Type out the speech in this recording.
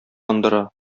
яндыра